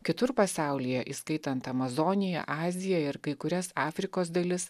kitur pasaulyje įskaitant amazoniją aziją ir kai kurias afrikos dalis